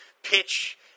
pitch